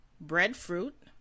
Breadfruit